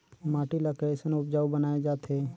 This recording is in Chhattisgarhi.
माटी ला कैसन उपजाऊ बनाय जाथे?